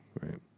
right